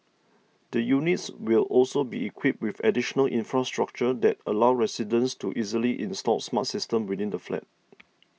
the units will also be equipped with additional infrastructure that allow residents to easily install smart systems within the flat